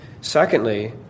secondly